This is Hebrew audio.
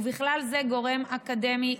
ובכלל זה גורם אקדמי,